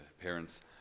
parents